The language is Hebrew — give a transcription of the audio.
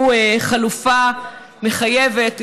הוא חלופה מחייבת,